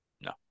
no